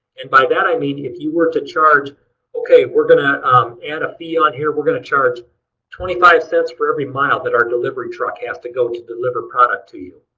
and by that i mean if you were to charge okay we're going to add a fee on here. we're going to charge twenty five cents for every mile that our delivery like has to go to deliver product to you.